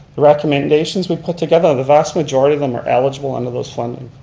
the recommendations we put together, the vast majority of them are eligible under those funding.